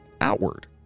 outward